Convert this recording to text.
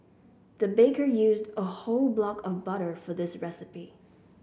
the baker used a whole block of butter for this recipe